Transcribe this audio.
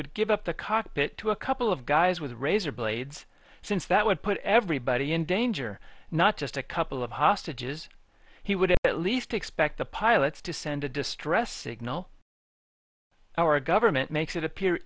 would give up the cockpit to a couple of guys with razor blades since that would put everybody in danger not just a couple of hostages he would at least expect the pilots to send a distress signal our government makes it a